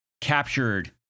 captured